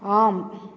ஆம்